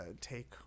take